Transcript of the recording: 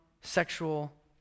sexual